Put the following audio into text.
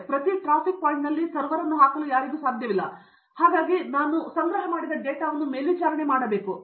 ನಾನು ಪ್ರತಿ ಟ್ರ್ಯಾಫಿಕ್ ಪಾಯಿಂಟ್ನಲ್ಲಿ ಸರ್ವರ್ ಅನ್ನು ಹಾಕಲು ಸಾಧ್ಯವಿಲ್ಲ ನಾನು ಡೇಟಾವನ್ನು ಮೇಲ್ವಿಚಾರಣೆ ಮಾಡುತ್ತಿದ್ದೇನೆ